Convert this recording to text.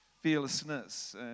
fearlessness